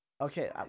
okay